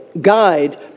guide